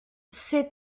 ses